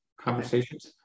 conversations